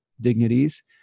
dignities